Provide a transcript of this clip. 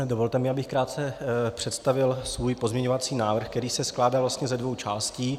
Dovolte mi, abych krátce představil svůj pozměňovací návrh, který se skládá vlastně ze dvou částí.